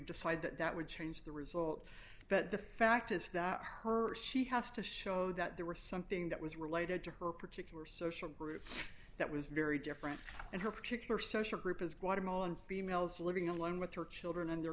decide that that would change the result but the fact is that her she has to show that there was something that was related to her particular social groups that was very different and her particular social group is watermelon females living alone with her children in their